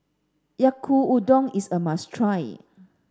Yaki Udon is a must try